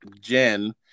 Jen